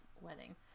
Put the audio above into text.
wedding